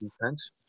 defense